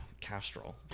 Castrol